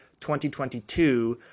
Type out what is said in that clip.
2022